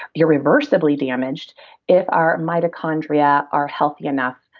irreversibly damaged if our mitochondria are healthy enough,